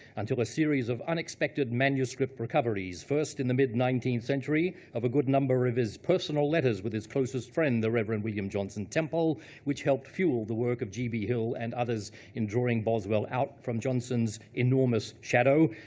until a series of unexpected manuscript recoveries, first in the mid nineteenth century of a good number of his personal letters with his closest friend, the reverend william johnson temple which helped fuel the work of g b. hill and others in drawing boswell out from johnson's enormous shadow,